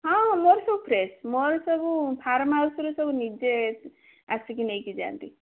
ହଁ ମୋର ସବୁ ଫ୍ରେଶ୍ ମୋର ସବୁ ଫାର୍ମ ହାଉସ୍ରୁ ସବୁ ନିଜେ ଆସିକି ନେଇକିଯାଆନ୍ତି